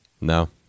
no